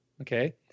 Okay